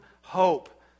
hope